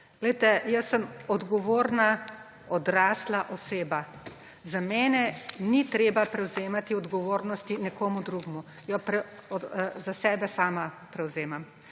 Medved, jaz sem odgovorna, odrasla oseba. Za mene ni treba prevzemati odgovornosti nekomu drugemu, za sebe jo sama prevzemam.